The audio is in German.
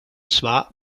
zwar